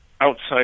outside